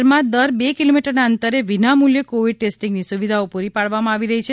શહેરમાં દર બે કિલોમીટરના અંતરે વિના મૂલ્યે કોવિડ ટેસ્ટીંગની સુવિધાઓ પુરી પાડવામાં આવી રહી છે